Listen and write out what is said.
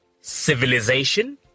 civilization